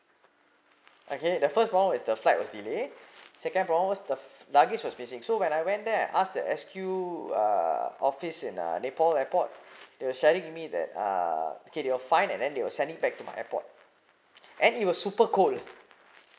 okay the first round is the flight was delayed second problem the luggage was missing so when I went there I asked the S_Q uh office in the nepal airport they sharing me that uh okay they will find and then they will send it back to my airport and it was super cool